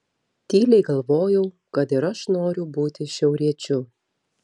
tyliai galvojau kad ir aš noriu būti šiauriečiu